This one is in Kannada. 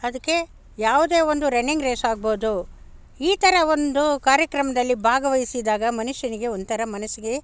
ಅದಕ್ಕೆ ಯಾವುದೇ ಒಂದು ರನ್ನಿಂಗ್ ರೇಸಾಗಬೌದು ಈ ಥರ ಒಂದು ಕಾರ್ಯಕ್ರಮದಲ್ಲಿ ಭಾಗವಹಿಸಿದಾಗ ಮನುಷ್ಯನಿಗೆ ಒಂಥರ ಮನಸ್ಸಿಗೆ